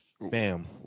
Bam